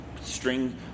String